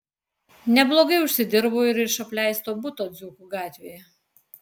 neblogai užsidirbau ir iš apleisto buto dzūkų gatvėje